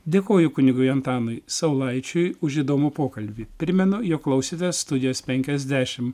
dėkoju kunigui antanui saulaičiui už įdomų pokalbį primenu jog klausėte studijos penkiasdešim